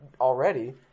already